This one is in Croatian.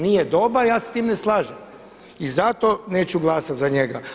Nije dobar, ja se s tim ne slažem i zato neću glasat za njega.